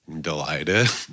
delighted